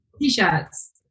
t-shirts